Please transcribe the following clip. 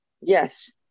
Yes